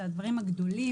אלה הדברים הגדולים,